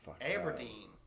Aberdeen